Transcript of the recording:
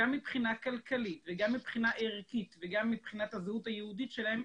גם מבחינה כלכלית וגם מבחינה ערכית וגם מבחינת הזהות היהודית שלהם,